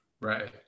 right